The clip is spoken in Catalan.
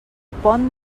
pont